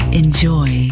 enjoy